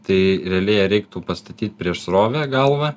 tai realiai ją reiktų pastatyt prieš srovę galvą